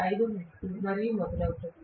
5 hertz మరియు మొదలవుతుంది